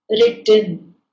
written